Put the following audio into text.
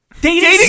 Dating